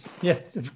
Yes